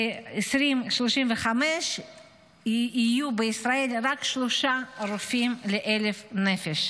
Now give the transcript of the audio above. ב-2035 יהיו בישראל רק שלושה רופאים ל-1,000 נפש.